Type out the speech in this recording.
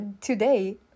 today